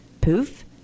poof